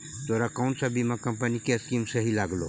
तोरा कौन सा बीमा कंपनी की स्कीम सही लागलो